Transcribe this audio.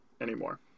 anymore